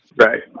right